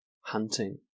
hunting